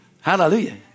Hallelujah